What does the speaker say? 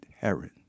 Heron